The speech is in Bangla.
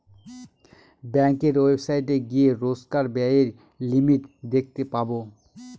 ব্যাঙ্কের ওয়েবসাইটে গিয়ে রোজকার ব্যায়ের লিমিট দেখতে পাবো